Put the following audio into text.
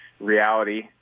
reality